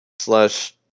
slash